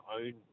own